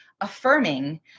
affirming